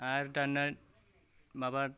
आरो दाना माबा